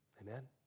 Amen